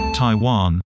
Taiwan